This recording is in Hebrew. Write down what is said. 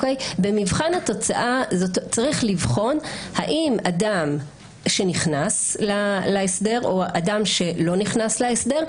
במבחן התוצאה צריך לבחון: אדם שנכנס להסדר או אדם שלא נכנס להסדר,